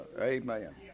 amen